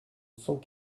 cent